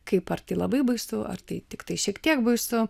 kaip ar tai labai baisu ar tai tiktai šiek tiek baisu